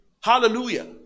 Hallelujah